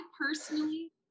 personally